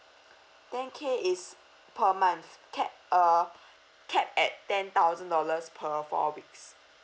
ten k is per month cap uh cap at ten thousand dollars per four weeks